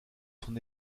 son